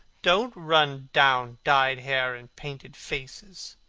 don't run down dyed hair and painted faces.